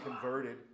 converted